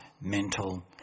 mental